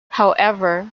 however